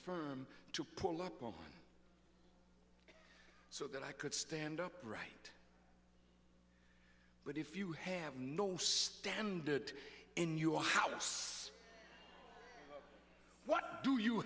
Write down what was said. firm to pull up so that i could stand upright but if you have no standard in your house what do you